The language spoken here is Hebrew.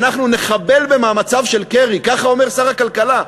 אנחנו נחבל במאמציו של קרי, ככה אומר שר הכלכלה.